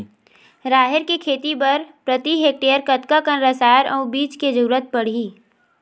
राहेर के खेती बर प्रति हेक्टेयर कतका कन रसायन अउ बीज के जरूरत पड़ही?